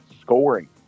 scoring